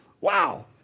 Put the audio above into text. Wow